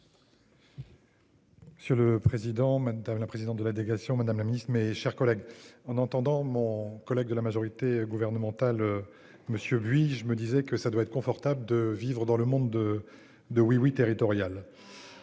Monsieur le président, madame la présidente de la délégation Madame la Ministre, mes chers collègues, en entendant mon collègue de la majorité gouvernementale. Monsieur puis je me disais que ça doit être confortable de vivres dans le monde. De Oui-Oui territoriale.